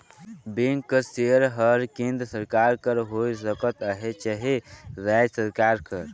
bank कर share हर केन्द्र सरकार कर होए सकत अहे चहे राएज सरकार कर